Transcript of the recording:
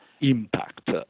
impact